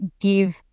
give